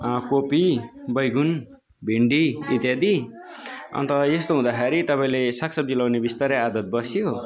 कोपी बैगुन भिन्डी इत्यादि अन्त यस्तो हुँदाखेरि तपाीईँले साग सब्जी लगाउने बिस्तारै आदत बस्यो